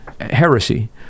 heresy